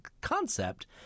concept